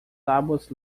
tábuas